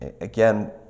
Again